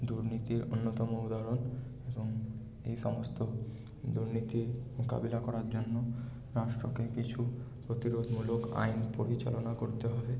দুর্নীতির অন্যতম উদাহরণ এবং এই সমস্ত দুর্নীতি মোকাবিলা করার জন্য রাষ্ট্রকে কিছু প্রতিরোধমূলক আইন পরিচালনা করতে হবে